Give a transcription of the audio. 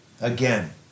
again